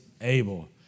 able